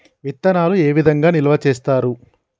విత్తనాలు ఏ విధంగా నిల్వ చేస్తారు?